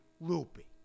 loopy